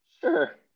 Sure